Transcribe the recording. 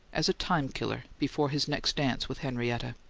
as a time-killer before his next dance with henrietta.